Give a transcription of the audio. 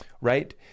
right